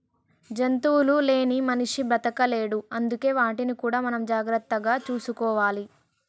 జంతువులు లేని మనిషి బతకలేడు అందుకే వాటిని కూడా మనం జాగ్రత్తగా చూసుకోవాలి